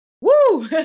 woo